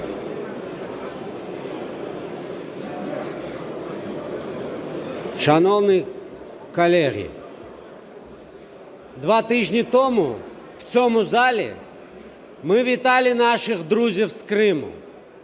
Шановні колеги, два тижні тому в цьому залі ми вітали наших друзів з Криму.